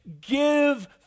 give